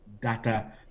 data